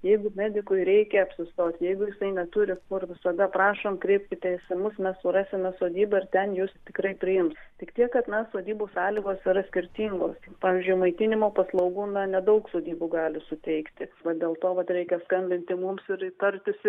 jeigu medikui reikia apsistot jeigu jisai neturi kur visada prašom kreipkitės į mus mes surasime sodybą ir ten jus tikrai priims tik tiek kad na sodybų sąlygos yra skirtingos pavyzdžiui maitinimo paslaugų na nedaug sodybų gali suteikti va dėl to vat reikia skambinti mums ir tartis